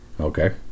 Okay